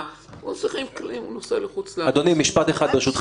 אני מטפלת בהמון אנשים שלא נפגעו רק על-ידי קרובי המשפחה שלהם.